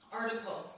article